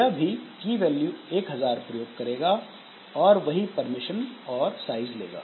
यह भी की वैल्यू 1000 प्रयोग करेगा और वही परमिशन और साइज लेगा